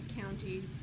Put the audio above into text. County